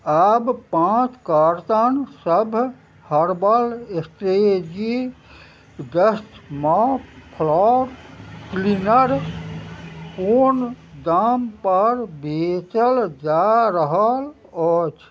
आब पाँच काॅर्टन सभ हर्बल स्ट्रेजी डस्ट मौप फ्लाॅग क्लिनर कोन दामपर बेचल जा रहल अछि